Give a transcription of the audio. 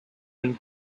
been